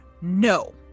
No